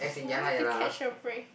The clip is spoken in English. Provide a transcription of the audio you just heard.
I only take cash or bring